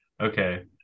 okay